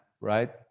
right